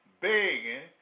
begging